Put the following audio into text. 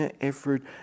effort